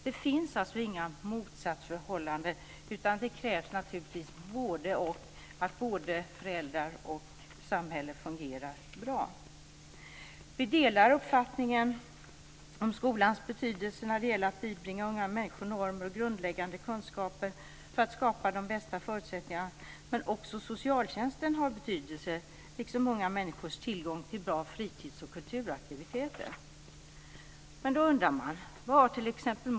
Det finns alltså inga motsatsförhållanden, utan det kärvs naturligtvis både-och, att både föräldrar och samhället fungerar bra. Vi delar uppfattningen om skolans betydelse när det gäller att bibringa unga människor normer och grundläggande kunskaper för att skapa de bästa förutsättningarna, men också socialtjänsten har betydelse liksom många människors tillgång till bra fritids och kulturaktiviteter. Då undrar man: Vad har t.ex.